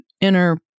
inner